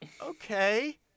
okay